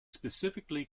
specifically